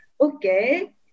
okay